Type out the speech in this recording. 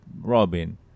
Robin